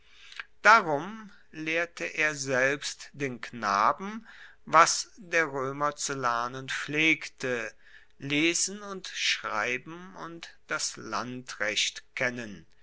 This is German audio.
darum lehrte er selbst den knaben was der roemer zu lernen pflegte lesen und schreiben und das landrecht kennen